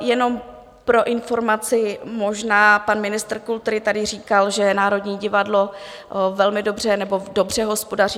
Jenom pro informaci možná, pan ministr kultury tady říkal, že Národní divadlo velmi dobře, nebo dobře hospodaří.